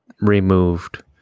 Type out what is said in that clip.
removed